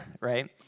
right